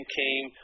came